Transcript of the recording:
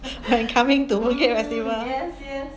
when coming to mooncake festival